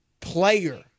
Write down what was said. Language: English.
player